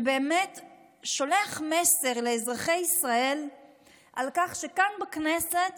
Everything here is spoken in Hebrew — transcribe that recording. ששולח מסר לאזרחי ישראל על כך שכאן בכנסת